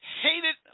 hated